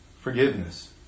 forgiveness